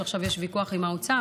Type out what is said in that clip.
שעכשיו יש ויכוח עם האוצר,